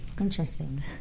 Interesting